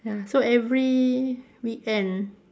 ya so every weekend